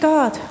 God